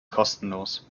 kostenlos